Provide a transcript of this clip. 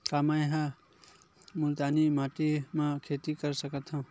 का मै ह मुल्तानी माटी म खेती कर सकथव?